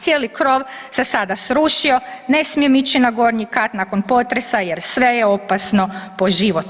Cijeli krov se sada srušio, ne smijem ići na gornji kat nakon potresa jer sve je opasno po život.